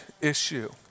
issue